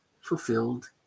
fulfilled